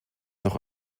noch